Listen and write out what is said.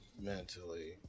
mentally